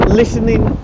listening